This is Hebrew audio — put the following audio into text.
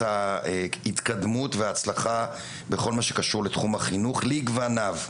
ההתקדמות וההצלחה בכל מה שקשור לתחום החינוך לגווניו,